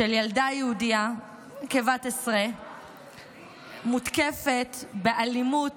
של ילדה יהודייה כבת עשרה מותקפת באלימות